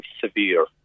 severe